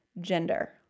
gender